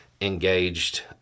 engaged